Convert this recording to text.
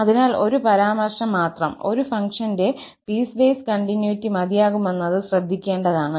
അതിനാൽ ഒരു പരാമർശം മാത്രം ഒരു ഫംഗ്ഷന്റെ പീസ്വേസ് കണ്ടിന്യൂറ്റി മതിയാകുമെന്നത് ശ്രദ്ധിക്കേണ്ടതാണ്